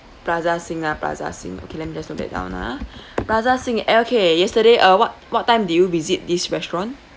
plaza sing ah plaza sing okay let me just note that down ah plaza sing okay yesterday uh what what time did you visit this restaurant